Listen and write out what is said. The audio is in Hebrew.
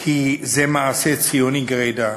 כי זה מעשה ציוני גרידא.